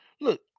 Look